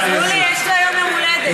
יולי, יש לו היום יום הולדת.